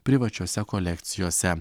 privačiose kolekcijose